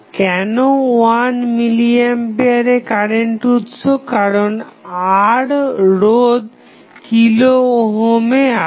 কেন 1 মিলি আম্পিয়ারের কারেন্ট উৎস কারণ R রোধ কিলো ওহমে আছে